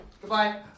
goodbye